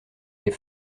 les